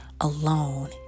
alone